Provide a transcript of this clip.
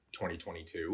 2022